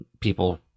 people